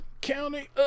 County